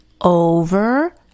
over